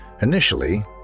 Initially